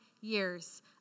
years